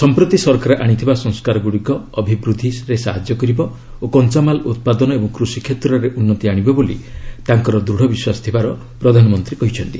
ସମ୍ପ୍ରତି ସରକାର ଆଣିଥିବା ସଂସ୍କାରଗୁଡ଼ିକ ଅଭିବୃଦ୍ଧିରେ ସାହାଯ୍ୟ କରିବ ଓ କଞ୍ଚାମାଲ ଉତ୍ପାଦନ ଏବଂ କୃଷି କ୍ଷେତ୍ରରେ ଉନ୍ନତି ଆଶିବ ବୋଲି ତାଙ୍କର ଦୂଢ଼ ବିଶ୍ୱାସ ଥିବାର ପ୍ରଧାନମନ୍ତ୍ରୀ କହିଛନ୍ତି